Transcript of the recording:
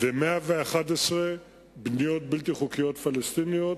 ו-111 מבנים בלתי חוקיים פלסטיניים.